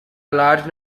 large